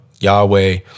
Yahweh